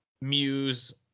muse